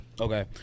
Okay